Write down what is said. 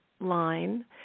line